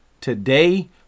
today